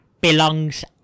belongs